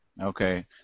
Okay